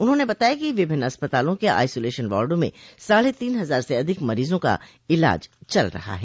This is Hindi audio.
उन्होंने बताया कि विभिन्न अस्पतालों के आईसोलेशन वार्डो में साढ़े तीन हजार से अधिक मरीजों का इलाज चल रहा है